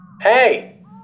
Hey